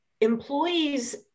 employees